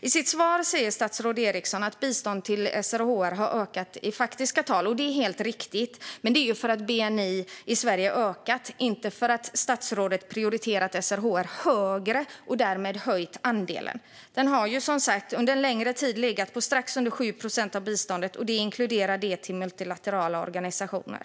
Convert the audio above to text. I sitt svar säger statsrådet Eriksson att biståndet till SRHR har ökat i faktiska tal, och det är helt riktigt. Men det är för att bni i Sverige har ökat, inte för att statsrådet har prioriterat SRHR högre och därmed höjt andelen. Den har, som sagt, under en längre tid legat på strax under 7 procent av biståndet, och det inkluderar biståndet till multilaterala organisationer.